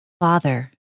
Father